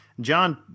John